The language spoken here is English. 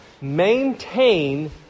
Maintain